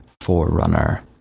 forerunner